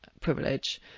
privilege